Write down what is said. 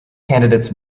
candidates